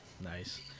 Nice